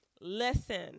listen